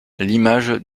l’image